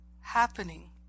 happening